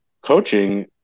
coaching